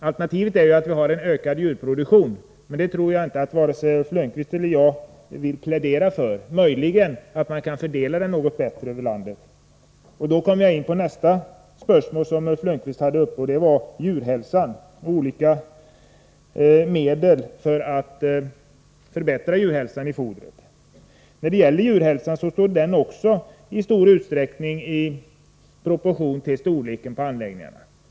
Alternativet är ju att vi får en ökad djurproduktion, och det vill nog varken Ulf Lönnqvist eller jag plädera för. Möjligen kan man fördela djurproduktionen något bättre över landet. Jag kommer då in på nästa spörsmål som Ulf Lönnqvist tog upp, nämligen olika medel i fodret för att förbättra djurhälsan. Djurhälsan står också i stor utsträckning i proportion till storleken på anläggningarna.